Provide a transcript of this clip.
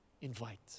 Invite